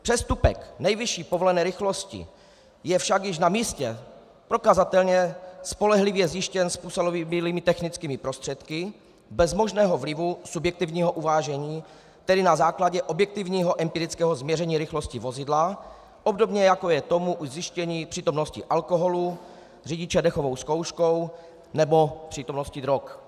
Přestupek nejvyšší povolené rychlosti je však již na místě prokazatelně spolehlivě zjištěn způsobilými technickými prostředky bez možného vlivu subjektivního uvážení, tedy na základě objektivního empirického změření rychlosti vozidla, obdobně jako je tomu u zjištění přítomnosti alkoholu u řidiče dechovou zkouškou nebo přítomnosti drog.